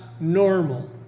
normal